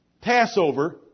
Passover